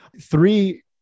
Three